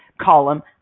column